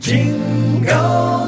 Jingle